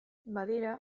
badira